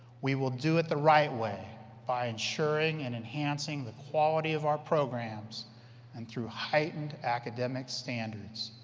we will do it the right way by ensuring and enhancing the quality of our programs and through heightened academic standards.